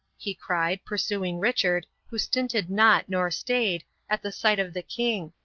he cried, pursuing richard, who stinted not, nor stayed, at the sight of the king,